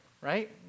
right